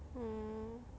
mm